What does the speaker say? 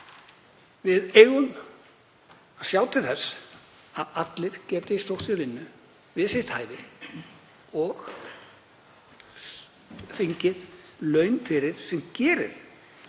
Við eigum að sjá til þess að allir geti sótt vinnu við sitt hæfi og fengið laun fyrir. Bara